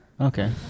Okay